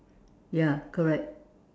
ya correct